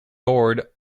board